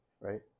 Right